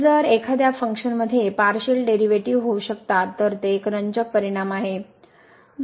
जर एखाद्या फंक्शनमध्ये पार्शिअल डेरीवेटीव होऊ शकतात तर ते एक रंजक परिणाम आहे